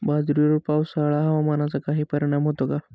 बाजरीवर पावसाळा हवामानाचा काही परिणाम होतो का?